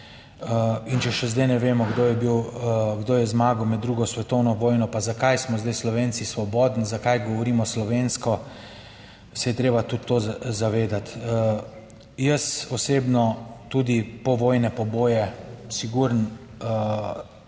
In če še zdaj ne vemo, kdo je bil, kdo je zmagal med drugo svetovno vojno pa zakaj smo zdaj Slovenci svobodni, zakaj govorimo slovensko, se je treba tudi to zavedati. Jaz osebno tudi povojne poboje, sigurno